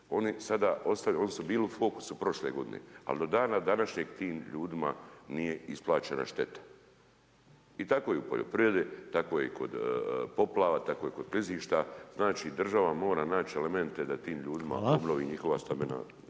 Oni su bili u fokusu prošle godine, ali do dana današnjeg, tim ljudima nije isplaćena šteta. I tako je u poljoprivredi, tako je i kod poplava, tako je i kod klizišta, znači država mora naći elemente, da tim ljudima obnovi njihova stambena